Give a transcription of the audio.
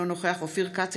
אינו נוכח אופיר כץ,